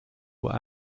were